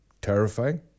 terrifying